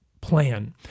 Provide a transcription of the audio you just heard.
plan